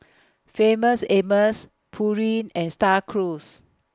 Famous Amos Pureen and STAR Cruise